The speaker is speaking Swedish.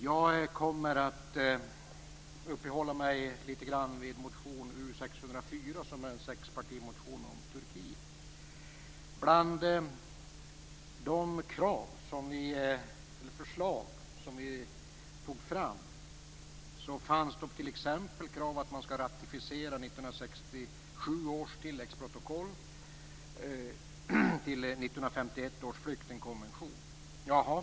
Jag kommer att uppehålla mig litet grand vid motion Bland de förslag som vi tog fram fanns t.ex. krav på att man skall ratificera 1967 års tilläggsprotokoll till 1951 års flyktingkommission.